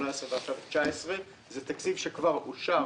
2018 ועכשיו 2019 זה תקציב שכבר אושר